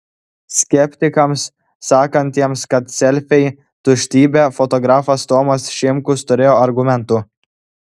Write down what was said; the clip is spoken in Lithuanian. skeptikams sakantiems kad selfiai tuštybė fotografas tomas šimkus turėjo argumentų